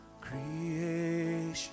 creation